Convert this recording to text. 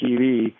TV